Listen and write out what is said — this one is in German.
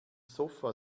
sofa